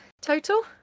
total